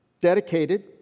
dedicated